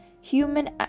human